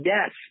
Yes